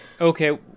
okay